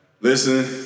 Listen